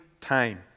time